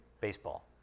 baseball